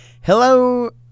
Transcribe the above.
hello